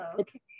okay